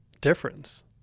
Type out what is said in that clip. difference